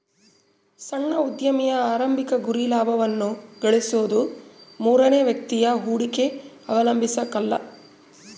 ಸಣ್ಣ ಉದ್ಯಮಿಯ ಆರಂಭಿಕ ಗುರಿ ಲಾಭವನ್ನ ಗಳಿಸೋದು ಮೂರನೇ ವ್ಯಕ್ತಿಯ ಹೂಡಿಕೆ ಅವಲಂಬಿಸಕಲ್ಲ